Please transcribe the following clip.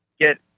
get